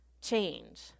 change